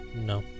No